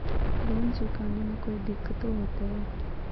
Loan चुकाने में कोई दिक्कतों होते?